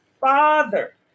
father